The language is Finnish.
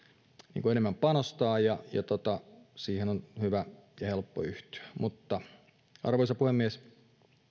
voi enemmän panostaa ja siihen on hyvä ja helppo yhtyä arvoisa puhemies